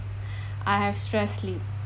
I have stress sleep